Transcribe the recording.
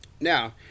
Now